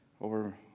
over